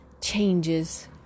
changes